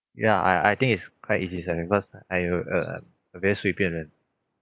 ya I I think is quite easy to satisfy because I uh uh uh a very 随便人